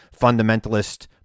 fundamentalist